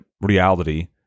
reality